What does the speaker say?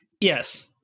Yes